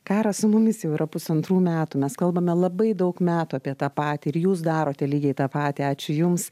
karas su mumis jau yra pusantrų metų mes kalbame labai daug metų apie tą patį ir jūs darote lygiai tą patį ačiū jums